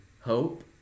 hope